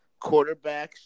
quarterbacks